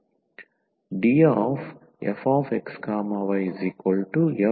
dfxyMdxNdy పరిష్కారం fc ఇవి ఇక్కడ ఉపయోగించిన సూచనలు మరియు